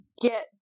get